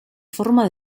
forma